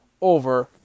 over